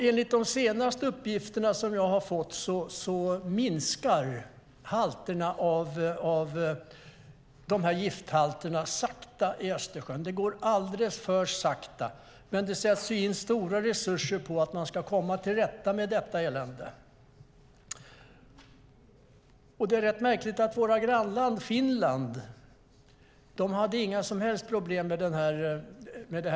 Enligt de senaste uppgifterna som jag har fått minskar gifthalterna i Östersjön, men det går alldeles för sakta. Det sätts dock in stora resurser på att man ska komma till rätta med detta elände. Det är märkligt att vårt grannland Finland inte har något som helst problem med detta undantag.